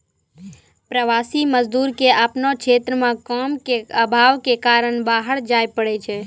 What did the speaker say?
प्रवासी मजदूर क आपनो क्षेत्र म काम के आभाव कॅ कारन बाहर जाय पड़ै छै